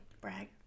Brag